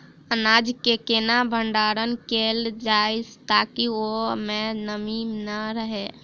अनाज केँ केना भण्डारण कैल जाए ताकि ओई मै नमी नै रहै?